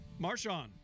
Marshawn